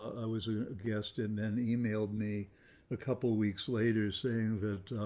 i was a guest, and then emailed me a couple weeks later saying that,